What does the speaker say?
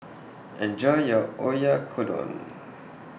Enjoy your Oyakodon